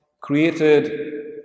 created